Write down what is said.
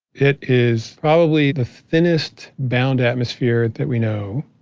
it is probably the thinnest bound atmosphere that we know.